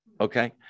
Okay